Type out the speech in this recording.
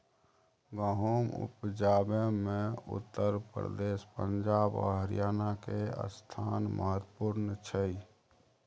गहुम उपजाबै मे उत्तर प्रदेश, पंजाब आ हरियाणा के स्थान महत्वपूर्ण छइ